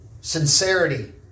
sincerity